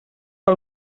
que